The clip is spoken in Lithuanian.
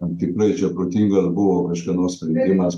ar tikrai čia protingas buvo kažkieno sprendimas